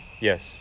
Yes